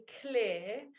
clear